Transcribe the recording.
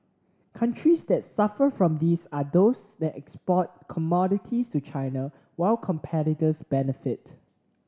countries that suffer from this are those that export commodities to China while competitors benefit